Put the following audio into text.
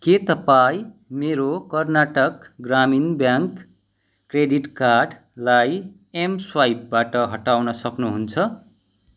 के तपाईँ मेरो कर्नाटक ग्रामीण ब्याङ्क क्रेडिट कार्डलाई एमस्वाइपबाट हटाउन सक्नुहुन्छ